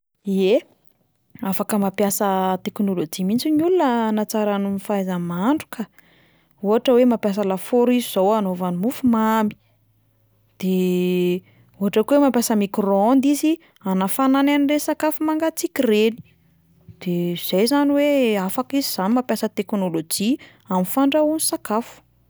Ie, afaka mampiasa teknôlôjia mihitsy ny olona hanatsarany ny fahaizany mahandro ka, ohatra hoe mampiasa lafaoro izy zao anaovany mofomamy, de ohatra koa hoe mampiasa micro-ondes izy anafanany an'ireny sakafo mangatsiaka reny, de zay zany hoe afaka izy zany mampiasa teknôlôjia amin'ny fandrahoiny sakafo.